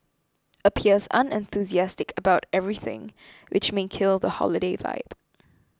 appears unenthusiastic about everything which may kill the holiday vibe